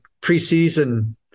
preseason